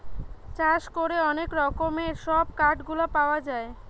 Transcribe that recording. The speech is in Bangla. চাষ করে অনেক রকমের সব কাঠ গুলা পাওয়া যায়